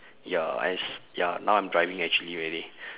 ya as ya now I'm driving actually already